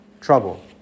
trouble